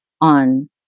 on